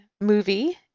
movie